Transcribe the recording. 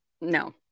no